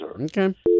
Okay